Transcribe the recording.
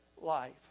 life